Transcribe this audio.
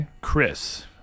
Chris